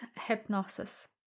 hypnosis